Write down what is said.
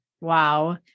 wow